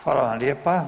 Hvala vam lijepa.